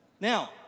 Now